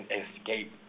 escape